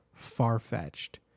far-fetched